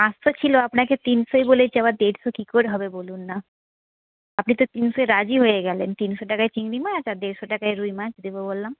পাঁচশো ছিল আপনাকে তিনশোই বলেছি আবার দেড়শো কি করে হবে বলুন না আপনি তো তিনশোই রাজি হয়ে গেলেন তিনশো টাকায় চিংড়ি মাছ আর দেড়শো টাকায় রুই মাছ দেব বললাম